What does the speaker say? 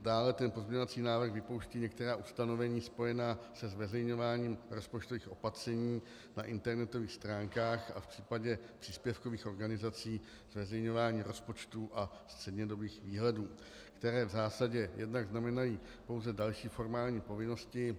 Dále ten pozměňovací návrh vypouští některá ustanovení spojená se zveřejňováním rozpočtových opatření na internetových stránkách a v případě příspěvkových organizací zveřejňování rozpočtů a střednědobých výhledů, které v zásadě jednak znamenají pouze další formální povinnosti.